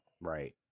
Right